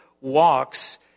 walks